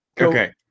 Okay